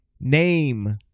name